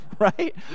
right